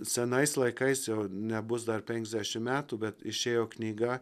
senais laikais jo nebus dar penkiasdešimt metų bet išėjo knyga